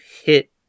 hit